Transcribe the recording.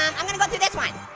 um i'm gonna go through this one.